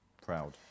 Proud